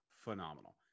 phenomenal